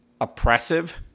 oppressive